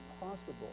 possible